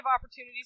opportunities